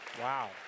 Wow